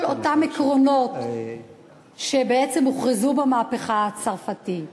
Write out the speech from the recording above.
כל אותם עקרונות שבעצם הוכרזו במהפכה הצרפתית,